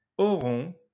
Auront